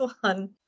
one